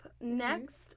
next